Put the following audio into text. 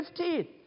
15